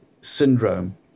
syndrome